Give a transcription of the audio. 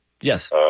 Yes